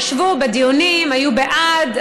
הם ישבו בדיונים והיו בעד.